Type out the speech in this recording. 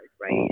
right